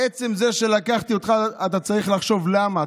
עצם זה שלקחתי אותך, אתה צריך לחשוב למה.